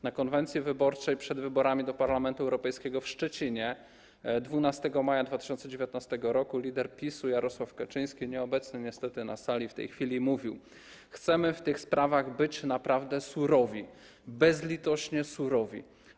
Na konwencji wyborczej przed wyborami do Parlamentu Europejskiego w Szczecinie 12 maja 2019 r. lider PiS-u Jarosław Kaczyński, nieobecny niestety na sali w tej chwili, mówił: Chcemy w tych sprawach być naprawdę surowi, bezlitośnie surowi.